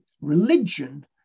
religion